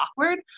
awkward